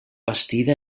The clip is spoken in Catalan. bastida